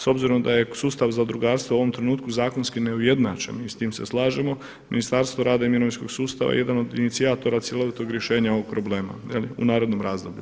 S obzirom da je sustav zadrugarstva u ovom trenutku zakonski neujednačen i s tim se slažemo, Ministarstvo rada i mirovinskog sustava je jedan od inicijatora cjelovitog rješenja ovoga problema u narednom razdoblju.